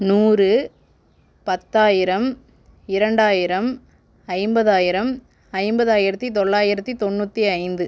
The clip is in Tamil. நூறு பத்தாயிரம் இரண்டாயிரம் ஐம்பதாயிரம் ஐம்பதாயிரத்தி தொள்ளாயிரத்தி தொண்ணூற்றி ஐந்து